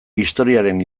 historiaren